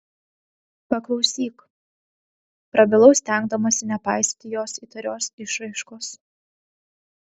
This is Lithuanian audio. paklausyk prabilau stengdamasi nepaisyti jos įtarios išraiškos